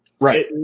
Right